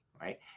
right